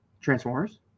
Transformers